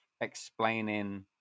explaining